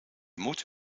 moet